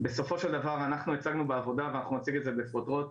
בסופו של דבר הצגנו בעבודה ואנחנו נציג את זה בפרוטרוט,